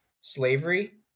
slavery